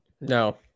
No